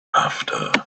after